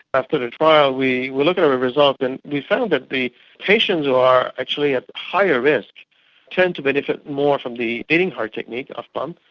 after the trial we were looking at the results and we found that the patients who are actually at higher risk tend to benefit more from the beating heart technique, off pump,